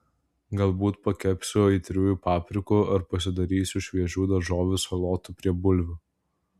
galbūt pakepsiu aitriųjų paprikų ar pasidarysiu šviežių daržovių salotų prie bulvių